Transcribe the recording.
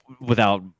without-